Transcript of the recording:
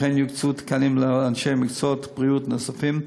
וכן יוקצו תקנים לאנשי מקצועות בריאות נוספים,